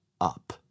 up